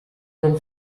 del